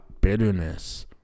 bitterness